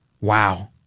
Wow